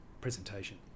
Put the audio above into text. presentation